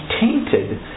tainted